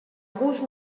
gust